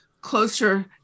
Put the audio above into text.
closer